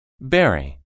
Berry